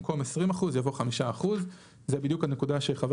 במקום "20%" יבוא "5%"." זו בדיוק הנקודה שחבר